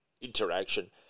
interaction